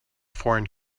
foreign